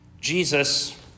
Jesus